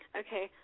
okay